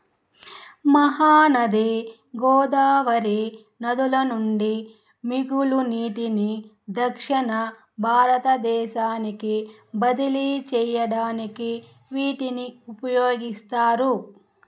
మహానది గోదావరి నదుల నుండి మిగులు నీటిని దక్షణ భారతదేశానికి బదిలీ చెయ్యడానికి వీటిని ఉపయోగిస్తారు